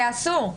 שאסור.